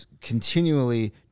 continually